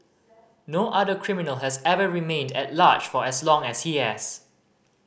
no other criminal has ever remained at large for as long as he has